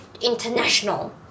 International